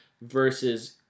versus